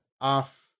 off